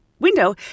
window